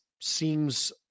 seems